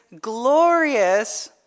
glorious